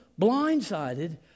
blindsided